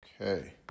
Okay